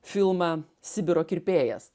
filmą sibiro kirpėjas